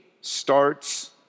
starts